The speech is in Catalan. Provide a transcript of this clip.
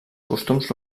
costums